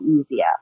easier